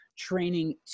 Training